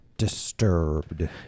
Disturbed